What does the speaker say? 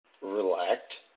Relaxed